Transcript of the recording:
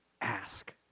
ask